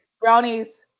Brownies